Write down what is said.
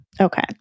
okay